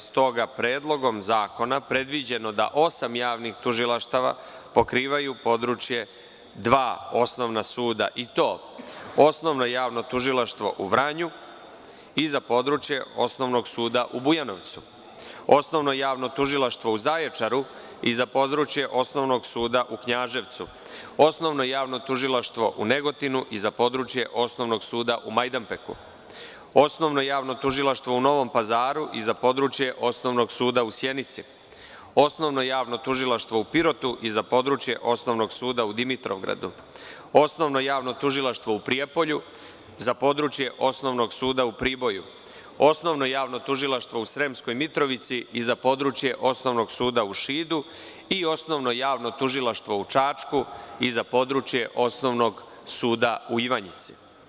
Stoga je Predlogom zakona predviđeno da osam javnih tužilaštava pokrivaju područje dva osnovna suda, i to – Osnovno javno tužilaštvo u Vranju, i za područje Osnovnog suda u Bujanovcu, Osnovno javno tužilaštvo u Zaječaru i za područje Osnovnog suda u Knjaževcu, Osnovno javno tužilaštvo u Negotinu i za područje Osnovnog suda u Majdanpeku, Osnovno javno tužilaštvo u Novom Pazaru i za područje Osnovnog suda u Sjenici, Osnovno javno tužilaštvo u Pirotu i za područje Osnovnog suda u Dimitrovgradu, Osnovno javno tužilaštvo u Prijepolju i za područje Osnovnog suda u Priboju, Osnovno javno tužilaštvo u Sremskoj Mitrovici i za područje Osnovnog suda u Šidu i Osnovno javno tužilaštvo u Čačku i za područje Osnovnog suda u Ivanjici.